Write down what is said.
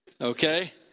Okay